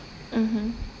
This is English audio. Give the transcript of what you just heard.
mmhmm